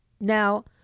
Now